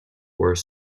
were